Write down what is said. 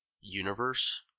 universe